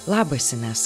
labas inesa